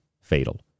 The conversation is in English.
fatal